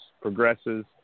progresses